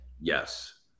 Yes